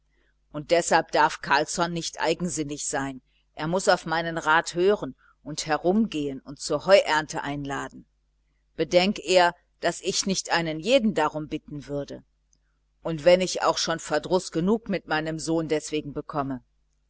und deshalb darf carlsson nicht eigensinnig sein er muß auf meinen rat hören und herumgehen und zur heuernte einladen bedenk er daß ich nicht einen jeden darum bitten würde und ich werde auch schon verdruß genug mit meinem sohn deswegen bekommen